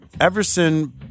Everson